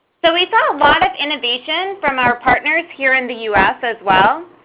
so we saw a lot of innovations from our partners here in the us as well.